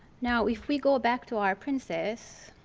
now if we go back to our princess